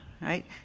right